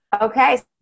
Okay